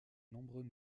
nombreux